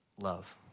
love